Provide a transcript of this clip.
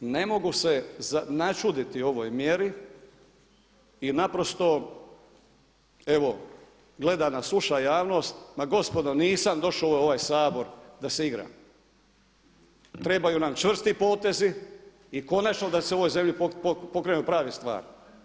Ne mogu se načuditi ovoj mjeri i naprosto evo gleda nas i sluša javnost, ma gospodo nisam došao u ovaj Sabor da se igram, trebaju nam čvrsti potezi i konačno da se u ovoj zemlji pokrenu prave stvari.